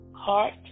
Heart